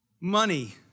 money